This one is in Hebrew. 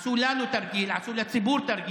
עשו לי תרגיל, עשו לנו תרגיל, עשו לציבור תרגיל,